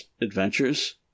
adventures